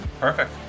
Perfect